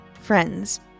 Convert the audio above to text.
Friends